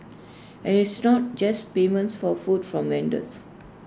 and it's not just payments for food from vendors